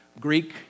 Greek